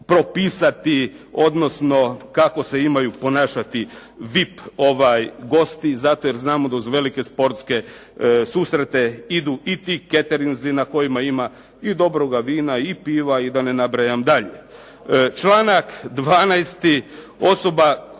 propisati, odnosno kako se imaju ponašati VIP gosti. Zato jer znamo da uz velike sportske susrete idu i ti caterinzi na kojima ima i dobroga vina, i piva i da ne nabrajam dalje. Članak 12. osoba